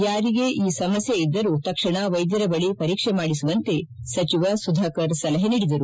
ಯಾರಿಗೇ ಈ ಸಮಸ್ಕೆ ಇದ್ದರೂ ತಕ್ಷಣ ವೈದ್ಯರ ಬಳಿ ಪರೀಕ್ಷೆ ಮಾಡಿಸುವಂತೆ ಸಚಿವ ಸುಧಾಕರ್ ಸಲಹೆ ನೀಡಿದರು